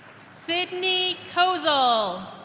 sydney kozel